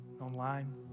online